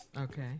Okay